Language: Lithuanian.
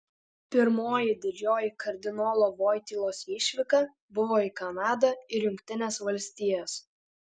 pirmoji didžioji kardinolo voitylos išvyka buvo į kanadą ir jungtines valstijas